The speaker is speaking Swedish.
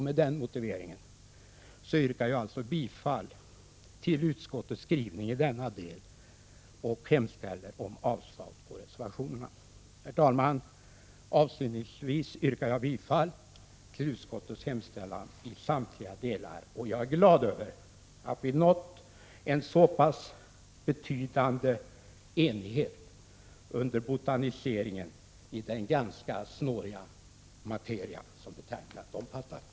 Med denna motivering yrkar jag bifall till utskottets skrivning i denna del och hemställer om avslag på reservationerna. Herr talman! Avslutningsvis yrkar jag bifall till utkottets hemställan i samtliga delar. Och jag är glad över att vi nått en så pass betydande enighet under botaniseringen i den ganska snåriga materia som betänkandet omfattar.